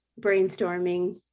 brainstorming